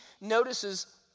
notices